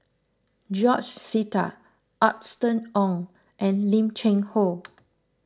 George Sita Austen Ong and Lim Cheng Hoe